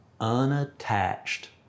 unattached